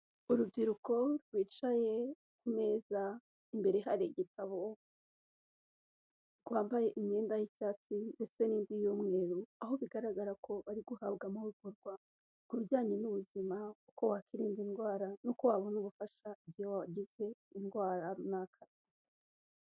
Urubyiruko rwicaye ku meza imbere hari igitabo. Rwambaye imyenda y'icyatsi ndetse n'indi y'umweru, aho bigaragara ko bari guhabwa amahugurwa ku bijyanye n'ubuzima, uko wakiririnda indwara n'uko wabona ubufasha igihe wagize indwara runaka.